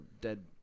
Dead